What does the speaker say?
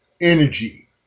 energy